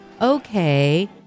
okay